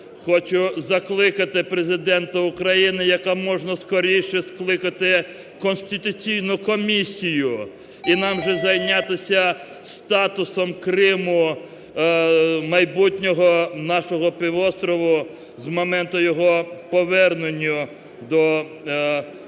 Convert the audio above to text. хочу закликати Президента України якомога скоріше скликатиКонституційну комісію і нам вже зайнятися статусом Криму, майбутнього нашого півострова з моменту його повернення до фактичного